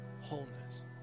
wholeness